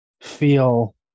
feel